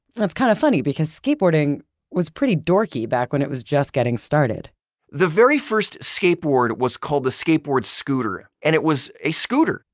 that's kind of funny because skateboarding was pretty dorky back when it was just getting started the very first skateboard was called the skateboard scooter, and it was a scooter.